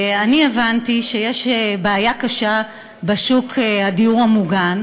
אני הבנתי שיש בעיה קשה בשוק הדיור המוגן,